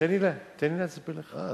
תן לי להסביר לך.